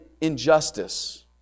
injustice